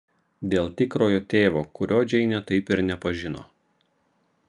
dėl tikrojo tėvo kurio džeinė taip ir nepažino